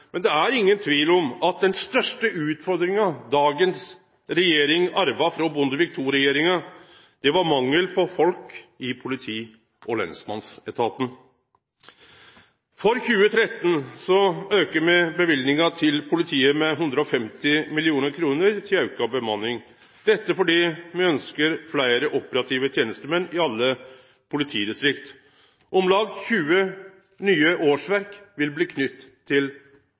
men det er ingen tvil om at den største utfordringa dagens regjering arva frå Bondevik II-regjeringa, var mangel på folk i politi- og lensmannsetaten. For 2013 aukar me løyvinga til politiet med 150 mill. kr til auka bemanning, dette fordi me ønskjer fleire operative tenestemenn i alle politidistrikt. Om lag 70 nye årsverk vil bli knytte til